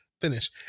finish